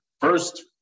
first